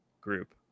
group